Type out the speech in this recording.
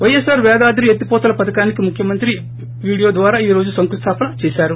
వైఎస్సార్ పేదాద్రి ఎత్తిపోతల పథకానికి ముఖ్యమంత్రి వీడియో ద్వారా ఈ రోజు శంకుస్లాపన చేశారు